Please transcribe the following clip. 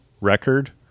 record